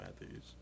Matthews